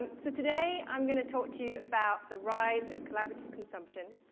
um so today i'm going to talk to you about the rise of collaborative consumption.